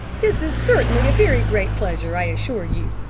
this is certainly a very great pleasure, i assure you,